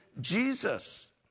Jesus